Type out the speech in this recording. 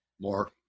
More